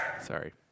Sorry